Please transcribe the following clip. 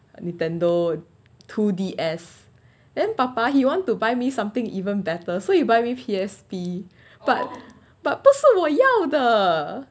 Nintendo two D_S then 爸爸 you want to buy me something even better so you buy with P_S_P but but 不是我要的